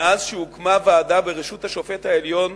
מאז הוקמה ועדה בראשות השופט העליון